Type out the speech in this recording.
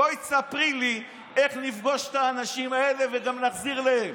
בואי ספרי לי איך נפגוש את האנשים האלה וגם נחזיר להם.